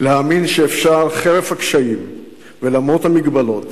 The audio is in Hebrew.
להאמין שאפשר חרף הקשיים ולמרות המגבלות.